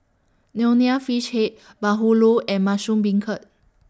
Nonya Fish Head Bahulu and Mushroom Beancurd